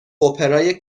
اپرای